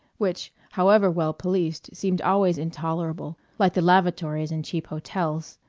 which, however well-policed, seemed always intolerable, like the lavatories in cheap hotels.